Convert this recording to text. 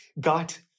got